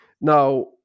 Now